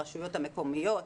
ברשויות המקומיות,